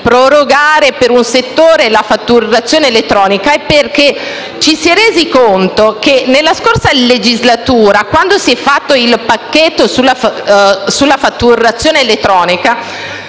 prorogare per un settore l'avvio della fatturazione elettronica, è perché ci si è resi conto che nella scorsa legislatura, quando si è fatto il pacchetto sulla fatturazione elettronica,